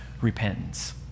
repentance